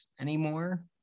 anymore